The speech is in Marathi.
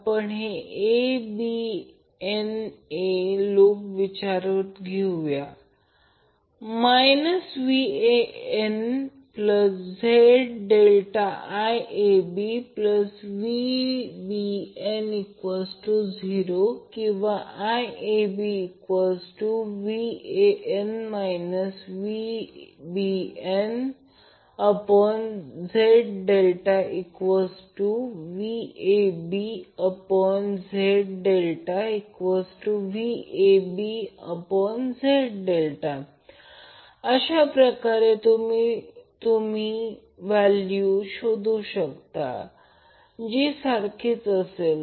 आपण हे aABbna लूप विचारात घेऊ VanZ∆IABVbn0 किंवा IABVan VbnZ∆VabZ∆VABZ∆ अशाप्रकारे सुद्धा तुम्ही व्हॅल्यू शोधून काढू शकता जी सारखीच असेल